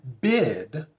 bid